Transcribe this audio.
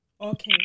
Okay